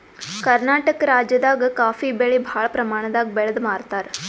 ಕರ್ನಾಟಕ್ ರಾಜ್ಯದಾಗ ಕಾಫೀ ಬೆಳಿ ಭಾಳ್ ಪ್ರಮಾಣದಾಗ್ ಬೆಳ್ದ್ ಮಾರ್ತಾರ್